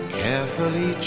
carefully